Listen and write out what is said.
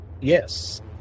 Yes